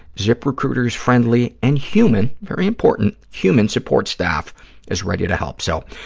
ziprecruiter's friendly and human, very important, human support staff is ready to help. so,